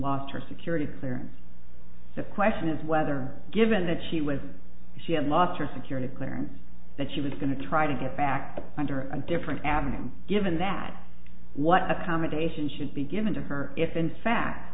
lost her sick already there the question is whether given that she was she had lost her security clearance that she was going to try to get back under a different avenue and given that what accommodations should be given to her if in fact